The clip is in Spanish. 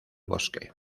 bosque